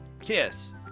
Kiss